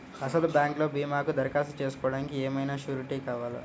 అసలు బ్యాంక్లో భీమాకు దరఖాస్తు చేసుకోవడానికి ఏమయినా సూరీటీ కావాలా?